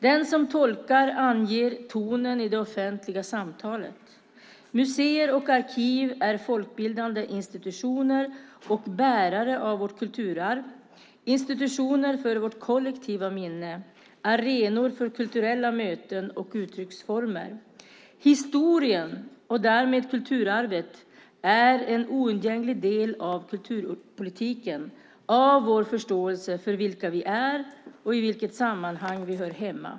Den som tolkar anger tonen i det offentliga samtalet. Museer och arkiv är folkbildande institutioner och bärare av vårt kulturarv, institutioner för vårt kollektiva minne, arenor för kulturella möten och uttrycksformer. Historien, och därmed kulturarvet, är en oundgänglig del av kulturpolitiken, av vår förståelse för vilka vi är och i vilket sammanhang vi hör hemma.